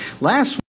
last